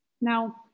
Now